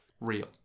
real